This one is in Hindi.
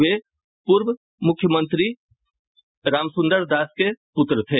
वे पूर्व मुख्यमंत्री रामसुंदर दास के पुत्र थे